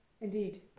Indeed